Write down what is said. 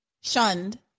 shunned